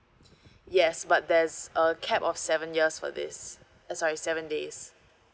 yes but there's a cap of seven years for this uh sorry seven days